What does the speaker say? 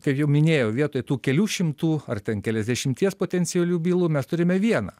kaip jau minėjau vietoj tų kelių šimtų ar ten keliasdešimties potencialių bylų mes turime vieną